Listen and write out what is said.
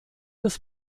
des